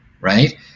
Right